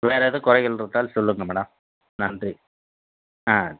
வேறு எதுவும் குறைகள் இருக்கானு சொல்லுங்கள் மேடம் நன்றி ஆ